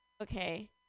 okay